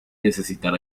necesitar